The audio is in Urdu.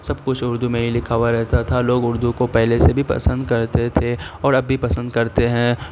سب کچھ اردو میں ہی لکھا ہوا رہتا تھا لوگ اردو کو پہلے سے بھی پسند کرتے تھے اور اب بھی پسند کرتے ہیں